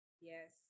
Yes